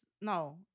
no